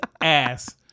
ass